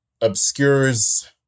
obscures